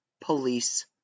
police